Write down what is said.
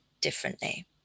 differently